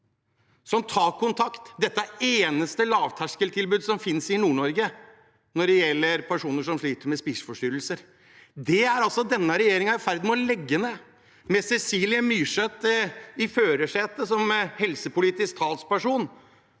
som tar kontakt. Dette er det eneste lavterskeltilbudet som finnes i Nord-Norge når det gjelder personer som sliter med spiseforstyrrelser. Det er altså denne regjeringen i ferd med å legge ned, med Cecilie Myrseth i førersetet, som helsepolitisk talsperson